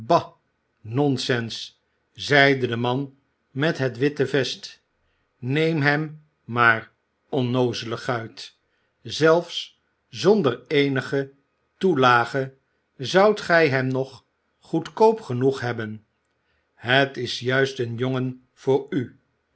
non sens zeide de man met het witte vest neem hem maar onnoozele guit zelfs zonder eenige toelage zoudt gij hem nog goedkoop genoeg hebben het is juist een jongen voor u